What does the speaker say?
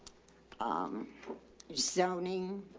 um, just zoning,